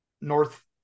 North